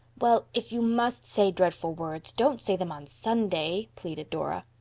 well, if you must say dreadful words don't say them on sunday, pleaded dora.